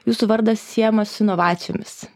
jūsų vardas siejamas su inovacijomis